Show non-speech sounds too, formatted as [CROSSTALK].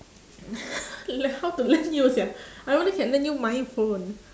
[LAUGHS] like how to lend you sia I only can lend you my phone